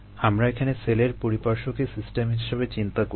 আমরা এখানে সেলের পরিপার্শ্বকে সিস্টেম হিসেবে চিন্তা করছি